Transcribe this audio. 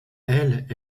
elles